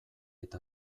eta